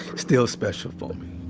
still special for me.